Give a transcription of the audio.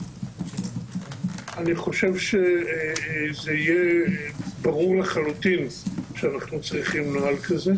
אני חושב שזה יהיה ברור לחלוטין שאנחנו צריכים נוהל כזה.